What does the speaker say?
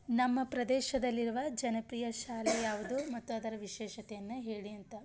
ನಮ್ಮ ಪ್ರದೇಶದಲ್ಲಿರುವ ಜನಪ್ರಿಯ ಶಾಲೆ ಯಾವುದು ಮತ್ತು ಅದರ ವಿಶೇಷತೆಯನ್ನು ಹೇಳಿ ಅಂತ